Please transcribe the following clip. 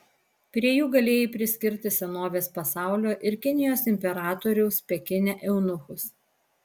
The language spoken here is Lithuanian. prie jų galėjai priskirti senovės pasaulio ir kinijos imperatoriaus pekine eunuchus